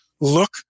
look